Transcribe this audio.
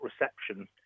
reception